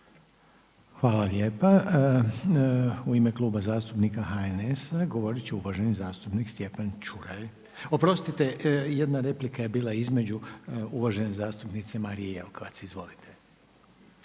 Hvala lijepa. U ime Kluba zastupnika HNS-a govorit će uvaženi zastupnik Stjepan Čuraj. Oprostite, jedna replika je bila između uvažene zastupnice Marije Jelkovac. Izvolite.